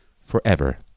forever